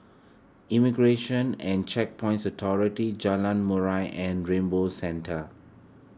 Immigration and Checkpoints Authority Jalan Murai and Rainbow Centre